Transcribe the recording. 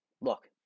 look